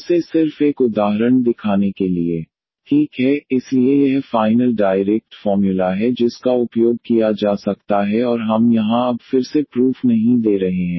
फिर से सिर्फ एक उदाहरण दिखाने के लिए 1D23D2e2xsin x इसके आधार पर हमारे पास है e2x1D223D22sin x e2x1D27D12sin x e2x17D11sin x e2x7D 1149D2 121sin x e2x170 ठीक है इसलिए यह फाइनल डायरेक्ट फॉर्म्युला है जिसका उपयोग किया जा सकता है और हम यहां अब फिर से प्रूफ नहीं दे रहे हैं